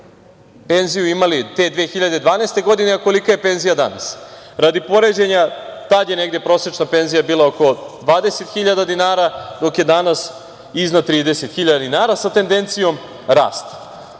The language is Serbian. penziju imali te 2012. godine, a kolika je penzija danas. Radi poređenja tada je prosečna penzija bila oko 20.000 dinara, dok je danas iznad 30.000 dinara, sa tendencijom rasta. Ono